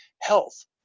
health